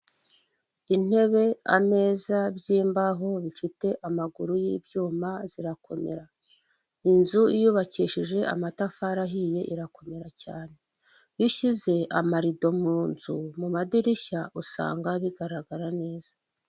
Intebe, ameza by'imbaho bifite amaguru y'ibyuma zirakomera, inzu yubakishije amatafari ahiye irakomera cyane, iyo ushyize amarido mu nzu mu madirishya usanga bigaragara neza.